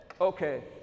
Okay